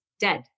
dead